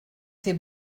ses